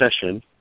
session